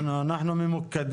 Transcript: מי קבע